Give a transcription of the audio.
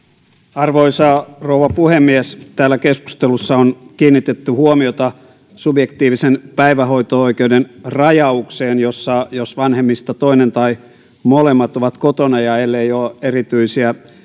arvoisa rouva puhemies täällä keskustelussa on kiinnitetty huomiota subjektiivisen päivähoito oikeuden rajaukseen jossa katsotaan että jos vanhemmista toinen tai molemmat ovat kotona ja ellei ole erityisiä